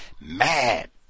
Mad